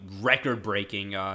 record-breaking